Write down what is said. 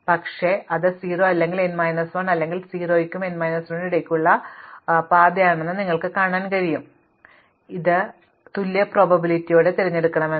പക്ഷേ അത് 0 അല്ലെങ്കിൽ n മൈനസ് 1 അല്ലെങ്കിൽ 0 നും n മൈനസ് 1 നും ഇടയിലുള്ള പാതയാണെന്ന് നിങ്ങളോട് പറയുന്നതിനുപകരം ഈ മൂല്യങ്ങളിൽ ഏതെങ്കിലും ഒന്ന് തുല്യ പ്രോബബിലിറ്റിയോടെ ഞാൻ തിരഞ്ഞെടുക്കുമെന്ന് ഞാൻ പറയും